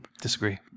Disagree